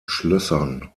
schlössern